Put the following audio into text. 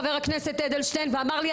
חבר הכנסת אדלשטיין ואמר לי,